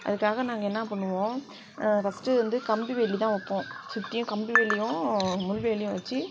அதுக்காக நாங்கள் என்ன பண்ணுவோம் ஃபஸ்ட்டு வந்து கம்பி வேலிதான் வைப்போம் சுற்றியும் கம்பி வேலியும் முள் வேலியும் வச்சு